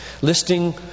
listing